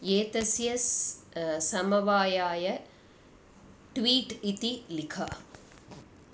एतस्य स् समवायाय ट्वीट् इति लिख